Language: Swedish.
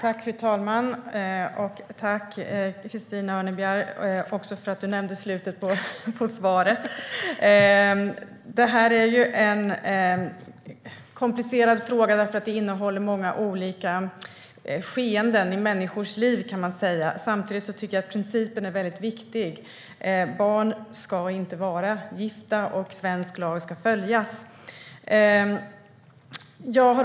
Fru talman! Tack, Christina Örnebjär, för att du nämnde slutet på mitt svar! Det här är en komplicerad fråga som innehåller många olika skeenden i människors liv. Samtidigt tycker jag att principen är väldigt viktig. Barn ska inte vara gifta och svensk lag ska följas.